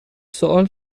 سوال